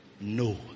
no